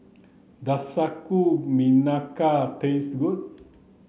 does sagu melaka taste good